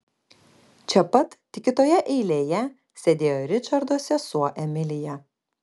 čia pat tik kitoje eilėje sėdėjo ričardo sesuo emilija